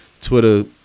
Twitter